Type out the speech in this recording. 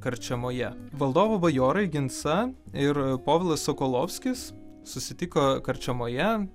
karčemoje valdovų bajorai ginsa ir povilas sokolovskis susitiko karčemoje